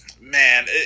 man